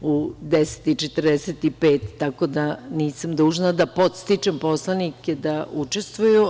u 10.45, tako da nisam dužna da podstičem poslanike da učestvuju.